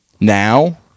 now